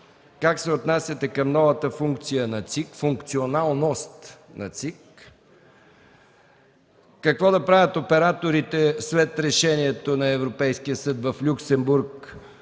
как се отнасяте към новата функционалност на ЦИК, какво да правят операторите след решението на Европейския съд в Люксембург,